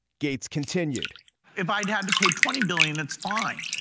gates continued if i'd had to pay twenty billion that's fine.